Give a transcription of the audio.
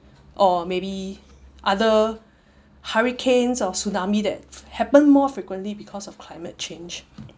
or maybe other hurricanes or tsunami that happen more frequently because of climate change